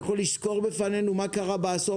-- אתה יכול לסקור בפנינו מה קרה בעשור